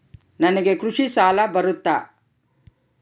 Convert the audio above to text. ನನಗೆ ಕೃಷಿ ಸಾಲ ಬರುತ್ತಾ?